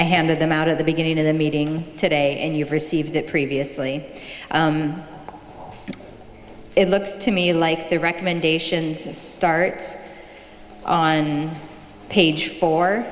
i handed them out of the beginning of the meeting today and you've received it previously and it looks to me like the recommendations start on page four